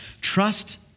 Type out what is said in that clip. Trust